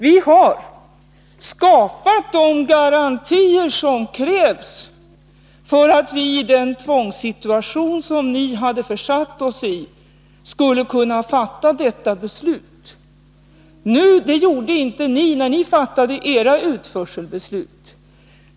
Vi har skapat de garantier som krävs för att vi, i den tvångssituation som ni hade försatt oss i, skulle kunna fatta detta beslut. Det gjorde inte ni när ni fattade era utförselbeslut.